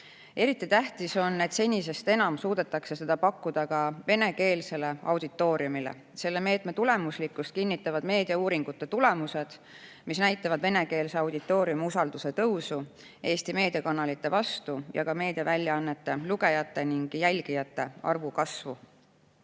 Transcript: Eriti tähtis on, et senisest enam suudetaks seda pakkuda ka venekeelsele auditooriumile. Selle meetme tulemuslikkust kinnitavad meediauuringute tulemused, mis näitavad venekeelse auditooriumi usalduse tõusu Eesti meediakanalite vastu ning ka meediaväljaannete lugejate ja jälgijate arvu kasvu.